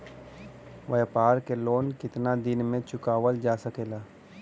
व्यापार के लोन कितना दिन मे चुकावल जा सकेला?